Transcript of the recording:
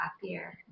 happier